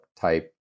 type